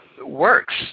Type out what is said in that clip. works